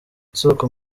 isoko